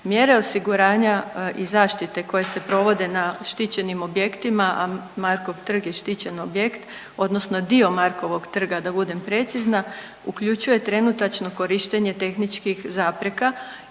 Mjere osiguranja i zaštita koje se provode na štićenim objektima, a Markov trg je štićen objekt, odnosno dio Markovog trga, da budem precizna, uključuje trenutačno korištenje tehničkih zapreka